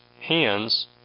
hands